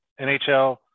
nhl